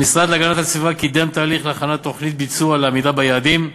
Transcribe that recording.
המשרד להגנת הסביבה קידם תהליך להכנת תוכנית ביצוע לעמידה ביעדים.